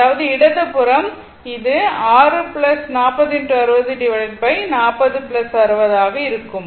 அதாவது இடது புறம் இது 6 40 60 ஆக இருக்கும்